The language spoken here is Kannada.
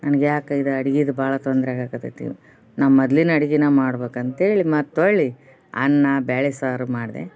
ನನಿಗೆ ಯಾಕೆ ಇದು ಅಡ್ಗಿದು ಭಾಳ ತೊಂದರೆ ಆಗಕತೈತಿ ನಮ್ಮ ಮೊದ್ಲಿನ ಅಡ್ಗೆನ ಮಾಡ್ಬೇಕು ಅಂತೇಳಿ ಮತ್ತೆ ಹೊಳ್ಳಿ ಅನ್ನ ಬ್ಯಾಳೆ ಸಾರು ಮಾಡಿದೆ